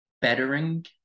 bettering